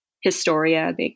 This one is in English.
Historia